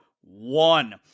one